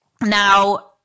Now